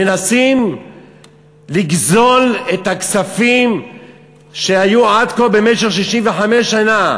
מנסים לגזול את הכספים שהיו עד כה, במשך 65 שנה,